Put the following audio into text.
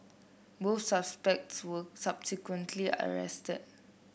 both suspects were subsequently arrested